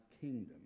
kingdom